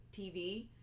TV